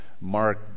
Mark